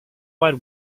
wide